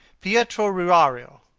pietro riario,